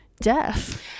death